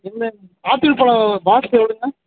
இது ஆப்பிள் பழம் பாக்ஸ்ஸு எவ்வளோங்க